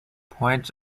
points